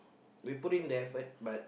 we put in the effort but